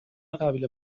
قبیله